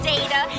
Data